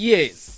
Yes